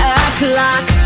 o'clock